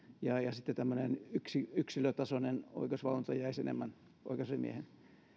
ja ja sitten tämmöinen yksilötasoinen oikeusvalvonta jäisi enemmän oikeusasiamiehen